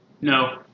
No